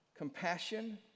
Compassion